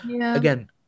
again